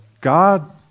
God